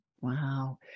Wow